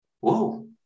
Whoa